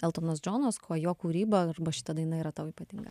eltonas džonas kuo jo kūryba arba šita daina yra tau ypatinga